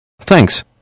Thanks